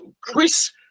Chris